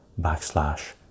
backslash